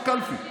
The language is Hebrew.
בקלפי.